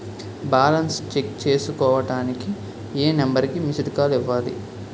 Balance check చేసుకోవటానికి ఏ number కి మిస్డ్ కాల్ ఇవ్వాలి?